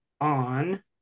On